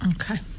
Okay